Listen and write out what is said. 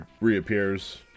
reappears